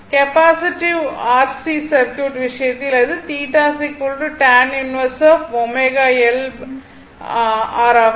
capacitive R C circuit விஷயத்தில் அது ஆகும்